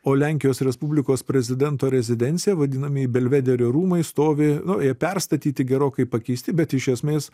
o lenkijos respublikos prezidento rezidencija vadinamieji belvederio rūmai stovi nu jie perstatyti gerokai pakeisti bet iš esmės